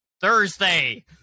Thursday